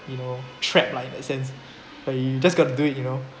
you know trapped like in that sense like you just got to do it you know